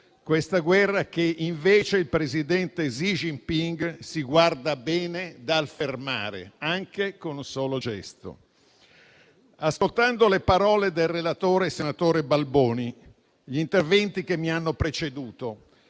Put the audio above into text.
Al contrario, il presidente Xi Jinping si guarda bene dal fermarla, ripeto, anche con un semplice gesto. Ascoltando le parole del relatore, senatore Balboni, gli interventi che mi hanno preceduto